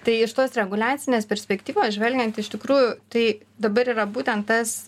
tai iš tos reguliacinės perspektyvos žvelgiant iš tikrųjų tai dabar yra būtent tas